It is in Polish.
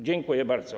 Dziękuję bardzo.